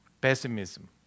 Pessimism